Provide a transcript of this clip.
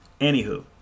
Anywho